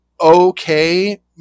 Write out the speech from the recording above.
okay